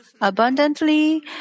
Abundantly